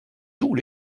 tous